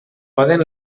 poden